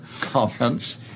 comments